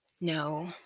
No